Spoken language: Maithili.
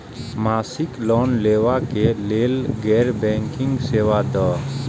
मासिक लोन लैवा कै लैल गैर बैंकिंग सेवा द?